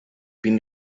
been